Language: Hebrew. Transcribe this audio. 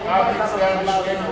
אל תצטער בשבילנו,